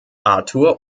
arthur